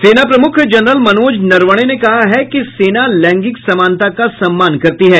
सेना प्रमुख जनरल मनोज नरवणे ने कहा है कि सेना लैंगिक समानता का सम्मान करती है